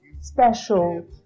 special